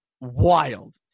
wild